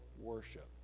worship